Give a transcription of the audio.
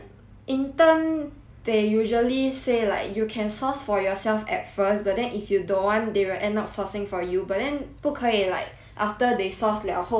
they usually say like you can source for yourself at first but then if you don't want they will end up sourcing for you bur then 不可以 like after they source liao 后你才跟他们讲不要 what